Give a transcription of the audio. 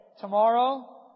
tomorrow